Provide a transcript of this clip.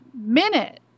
minute